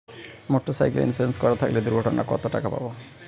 Motorcycle insurance করা থাকলে দুঃঘটনায় কতটাকা পাব?